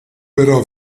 però